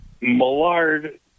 Millard